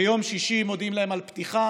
ביום שישי מודיעים להן על פתיחה.